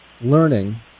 learning